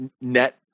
net